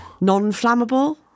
Non-flammable